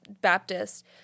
Baptist